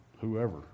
whoever